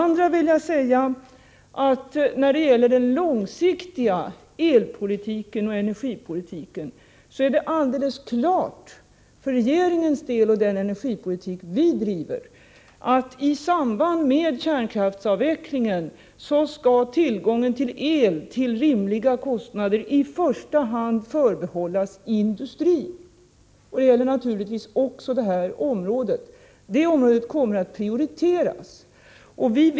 När det gäller den långsiktiga elpolitiken och energipolitiken vill jag vidare säga att det är alldeles klart för regeringens del, med den energipolitik vi driver, att tillgången på el till rimliga kostnader i samband med kärnkraftsavvecklingen i första hand skall förbehållas industrin. Det gäller naturligtvis också det nu aktuella området. Det området kommer att prioriteras.